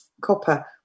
copper